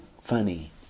funny